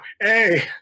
Hey